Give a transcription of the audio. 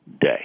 day